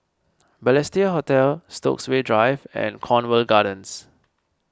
Balestier Hotel Stokesay Drive and Cornwall Gardens